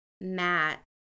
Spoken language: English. matt